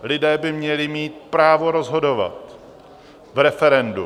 Lidé by měli mít právo rozhodovat v referendu.